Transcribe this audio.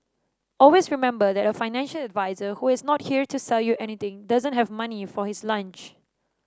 always remember that a financial advisor who is not here to sell you anything doesn't have money for his lunch